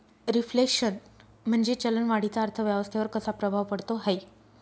Reflation म्हणजे चलन वाढीचा अर्थव्यवस्थेवर कसा प्रभाव पडतो है?